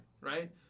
right